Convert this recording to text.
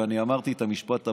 ואני אמרתי את המשפט הבא,